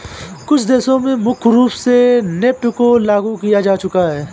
कुछ देशों में मुख्य रूप से नेफ्ट को लागू किया जा चुका है